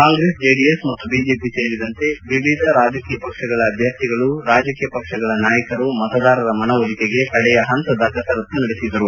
Congress JDS ಮತ್ತು BJP ಸೇರಿದಂತೆ ವಿವಿಧ ರಾಜಕೀಯ ಪಕ್ಷಗಳ ಅಭ್ಯರ್ಥಿಗಳು ರಾಜಕೀಯ ಪಕ್ಷಗಳ ನಾಯಕರು ಮತದಾರರ ಮನವೊಲಿಕೆಗೆ ಕಡೆಯ ಪಂತದ ಕಸರತ್ತು ನಡೆಸಿದರು